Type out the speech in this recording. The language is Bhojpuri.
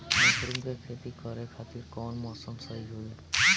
मशरूम के खेती करेके खातिर कवन मौसम सही होई?